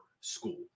school